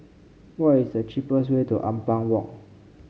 what is the cheapest way to Ampang Walk